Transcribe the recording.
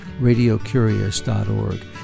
radiocurious.org